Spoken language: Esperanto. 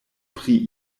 pri